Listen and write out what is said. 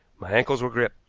my ankles were gripped,